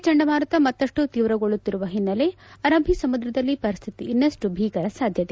ಕ್ಡಾರ್ ಚಂಡಮಾರುತ ಮತ್ತಷ್ಟು ಶೀವ್ರಗೊಳ್ಳುತ್ತಿರುವ ಹಿನ್ನೆಲೆ ಅರಬ್ಲೀ ಸಮುದ್ರದಲ್ಲಿ ಪರಿಸ್ಲಿತಿ ಇನ್ನಷ್ಟು ಭೀಕರ ಸಾಧ್ಯತೆ